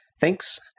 Thanks